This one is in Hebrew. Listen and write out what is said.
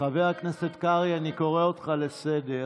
איזה סעיף,